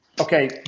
Okay